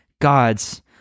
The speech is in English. Gods